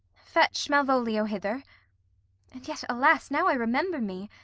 fetch malvolio hither and yet, alas, now i remember me,